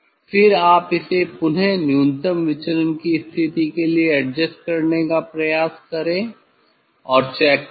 फिर आप इसे पुनः न्यूनतम विचलन की स्थिति के लिए एडजस्ट करने का प्रयास करें और चेक करें